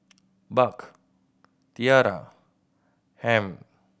Buck Tiara Ham